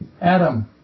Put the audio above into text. Adam